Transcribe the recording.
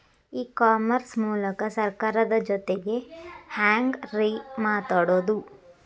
E commerce ಮೂಲಕ ಸರ್ಕಾರದ ಜೊತಿಗೆ ಹ್ಯಾಂಗ್ ರೇ ಮಾತಾಡೋದು?